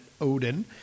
Odin